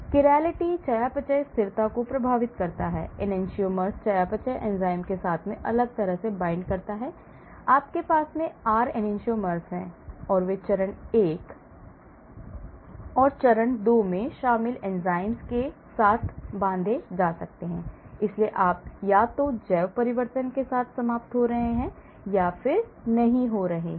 Chirality चयापचय स्थिरता को प्रभावित करता है Enantiomers चयापचय एंजाइम के साथ अलग तरह से बाँधता है ठीक है आपके पास R Enantiomer है और वे चरण 1 और चरण 2 में शामिल एंजाइमों के साथ बाँध सकते हैं इसलिए आप या तो जैव परिवर्तन के साथ समाप्त हो रहे हैं या नहीं हो रहे हैं